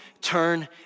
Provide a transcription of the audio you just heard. turn